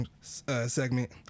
segment